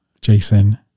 Jason